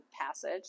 passage